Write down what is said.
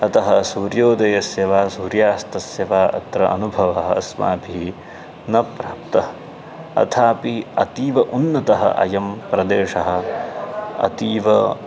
अतः सूर्योदयस्य वा सूर्यास्तस्य वा अत्र अनुभवः अस्माभिः न प्राप्तः अथापि अतीव उन्नतः अयं प्रदेशः अतीव